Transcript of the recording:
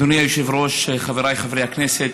אדוני היושב-ראש, חבריי חברי הכנסת,